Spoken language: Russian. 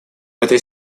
этой